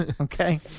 Okay